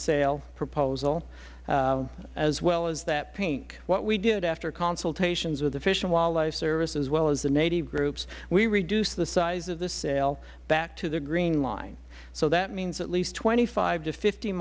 the proposal as well as that pink what we did after consultations of the fish and wildlife service as well as the native groups we reduced the size of the sale back to the green line so that means at least twenty five to fift